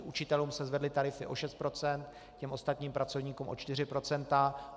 Učitelům se zvedly tarify o 6 %, těm ostatním pracovníkům o 4 %.